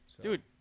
Dude